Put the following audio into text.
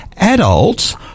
Adults